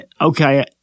okay